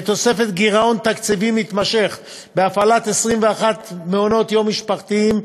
בתוספת גירעון תקציבי מתמשך בהפעלת 21 מעונות-יום משפחתיים,